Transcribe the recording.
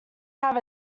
have